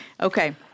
Okay